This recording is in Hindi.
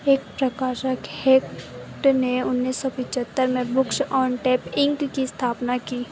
एक प्रकाशक है ने उन्नीस सौ पचहत्तर में बुक्स ऑन टेप इंक की स्थापना की